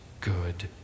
good